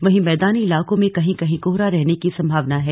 वहीं मैदानी इलाकों में कहीं कहीं कोहरा रहने की संभावना है